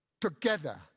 Together